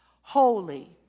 Holy